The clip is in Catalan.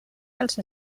dels